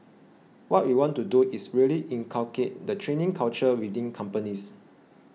what we want to do is really inculcate the training culture within companies